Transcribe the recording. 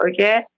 Okay